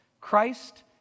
Christ